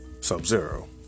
Sub-Zero